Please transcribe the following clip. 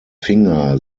finger